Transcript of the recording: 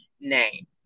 name